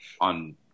on